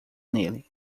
nele